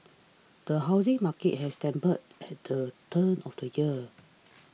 the housing market has stumbled at the turn of the year